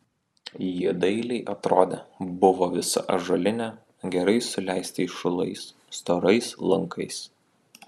ji dailiai atrodė buvo visa ąžuolinė gerai suleistais šulais storais lankais